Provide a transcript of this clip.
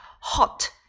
Hot